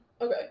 Okay